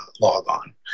logon